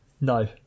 No